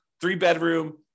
three-bedroom